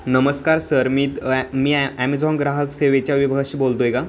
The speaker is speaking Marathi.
नमस्कार सर मी त मी ॲ ॲमेझॉन ग्राहक सेवेच्या विभागाशी बोलतो आहे का